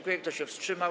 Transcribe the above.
Kto się wstrzymał?